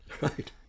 Right